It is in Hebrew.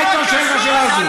לא היית שואל את השאלה הזאת.